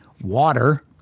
water